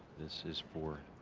this is for